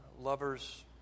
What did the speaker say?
lovers